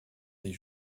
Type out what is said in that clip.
des